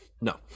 No